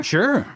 Sure